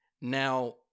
Now